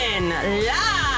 live